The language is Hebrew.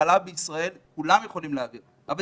המחלה בישראל כולם יכולים להעביר זה